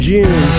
June